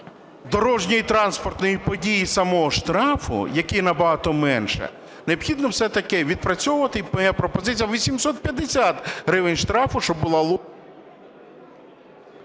дорожньо-транспортної події, самого штрафу, який набагато менше, необхідно все-таки відпрацьовувати. І моя пропозиція - 850 гривень штрафу, щоб була…